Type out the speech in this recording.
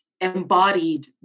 embodied